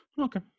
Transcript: Okay